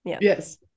Yes